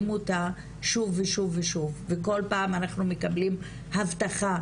אותה שוב ושוב ושוב וכל פעם אנחנו מקבלים הבטחה,